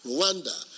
Rwanda